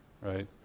right